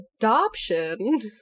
adoption